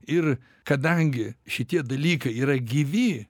ir kadangi šitie dalykai yra gyvi